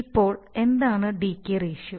ഇപ്പോൾ എന്താണ് decay ratio